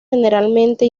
generalmente